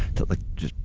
to like just,